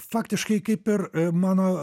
faktiškai kaip ir mano